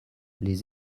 les